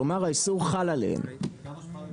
כלומר האיסור חל עליהם אוקיי?